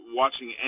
watching